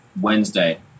Wednesday